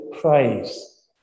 praise